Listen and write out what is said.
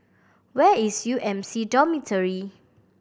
where is U M C Dormitory